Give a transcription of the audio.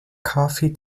coffee